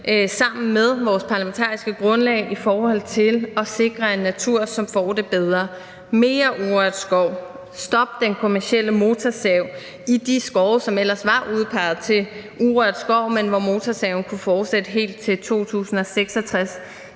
sammen med vores parlamentariske grundlag i forhold til at sikre en natur, som får det bedre: Mere urørt skov; stop den kommercielle motorsav i de skove, som ellers var udpeget til at være urørt skov, men hvor motorsaven kunne fortsætte helt til 2066;